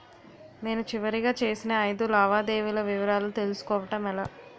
నేను చివరిగా చేసిన ఐదు లావాదేవీల వివరాలు తెలుసుకోవటం ఎలా?